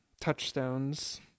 touchstones